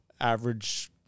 average